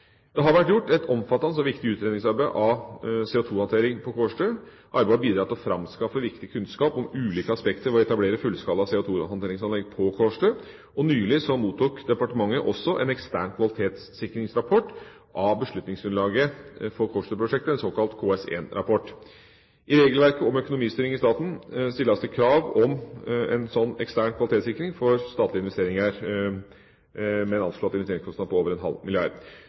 Det har vært gjort et omfattende og viktig utredningsarbeid om CO2-håndtering på Kårstø. Arbeidet har bidratt til å framskaffe viktig kunnskap om ulike aspekter ved å etablere fullskala CO2-håndteringsanlegg på Kårstø. Nylig mottok departementet en ekstern kvalitetssikringsrapport om beslutningsgrunnlaget for Kårstø-prosjektet, en såkalt KS1-rapport. I regelverket om økonomistyring i staten stilles det krav om en ekstern kvalitetssikring for statlige investeringer med en anslått investeringskostnad på over en halv milliard